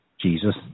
Jesus